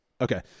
Okay